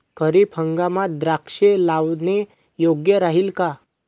खरीप हंगामात द्राक्षे लावणे योग्य राहिल का?